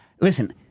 Listen